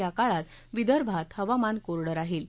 या काळात विदर्भात हवामान कोरडं राहील